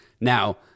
Now